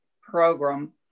program